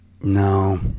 No